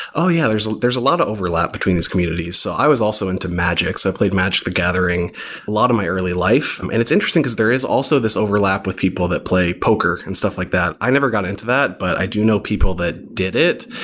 oh, yeah. there's there's a lot of overlap between these communities. so, i was also into magic. so i played magic the gathering a lot of my early life, and it's interesting because there is also this overlap with people that play poker and stuff like that. i never got into that, but i do know people that did it.